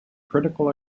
critical